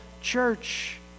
church